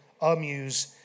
amuse